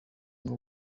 ngo